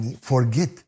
forget